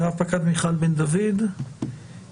שנכללה בנוסח של קריאה ראשונה כיוונה לתופעה הזאת.